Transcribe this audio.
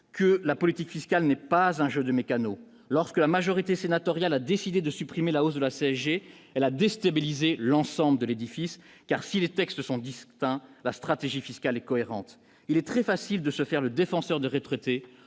que la politique fiscale n'est pas un jeu de Meccano lorsque la majorité sénatoriale a décidé de supprimer la hausse de la CSG L à déstabiliser l'ensemble de l'édifice, car si les textes sont distincts, la stratégie fiscale cohérente, il est très facile de se faire le défenseur de retraités